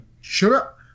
sure